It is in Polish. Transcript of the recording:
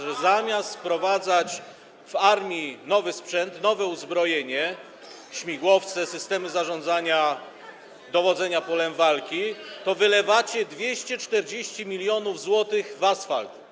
że zamiast wprowadzać w armii nowy sprzęt, nowe uzbrojenie, śmigłowce, systemy zarządzania, dowodzenia polem walki, wylewacie 240 mln zł w asfalt?